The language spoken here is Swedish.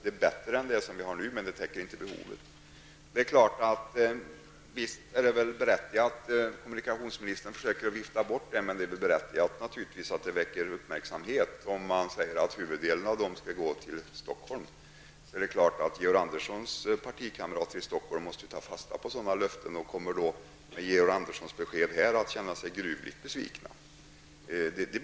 Det är bättre än nu, men det täcker inte behovet. Visst är det väl naturligt att det väcker uppmärksamhet -- kommunikationsministern försöker att vifta bort detta -- när man säger att huvuddelen av pengarna skall gå till Stockholm. Det är klart att Georg Anderssons partivänner i Stockholm måste ta fasta på sådana löften, och de kommer därför att finna sig gruvligt besvikna efter Georg Anderssons besked här i dag.